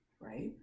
right